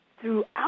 throughout